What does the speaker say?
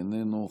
איננו,